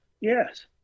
Yes